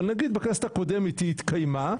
אבל נגיד בכנסת הקודמת היא התקיימה,